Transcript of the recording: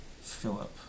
Philip